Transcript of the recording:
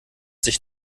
sich